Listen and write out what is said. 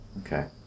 Okay